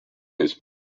his